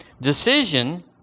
Decision